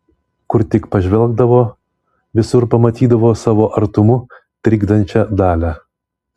kur tik pažvelgdavo visur pamatydavo savo artumu trikdančią dalią